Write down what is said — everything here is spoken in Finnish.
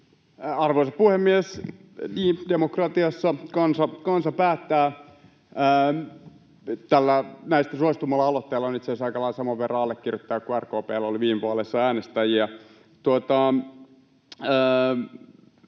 Arvoisa puhemies! Niin, demokratiassa kansa päättää. Tällä näistä suosituimmalla aloitteella on itse asiassa aika lailla saman verran allekirjoittajia kuin RKP:llä oli viime vaaleissa äänestäjiä.